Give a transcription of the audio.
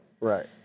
Right